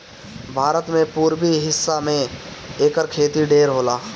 भारत के पुरबी हिस्सा में एकर खेती ढेर होला